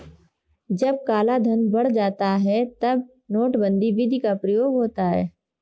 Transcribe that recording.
जब कालाधन बढ़ जाता है तब नोटबंदी विधि का प्रयोग होता है